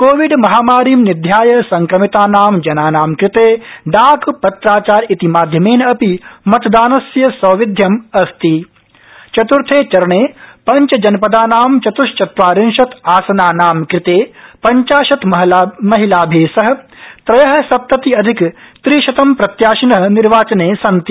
Covid महामारी निध्याय संक्रमितानां जनानां कृते डाक पत्राचार रित्नि माध्यमेन अपि मतदानस्य सौविध्यम् अस्तित चतुर्थे चरणे पंचजनपदानां चतुश्चत्वारिशत् आसनानां कृते पंचाशत् महिलाभि सह त्रयसप्तति अधिक त्रिशतं प्रत्याशिन निर्वाचने सन्ति